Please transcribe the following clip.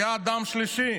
היה אדם שלישי